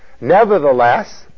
nevertheless